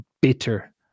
bitter